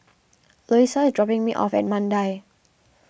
Louisa is dropping me off at Mandai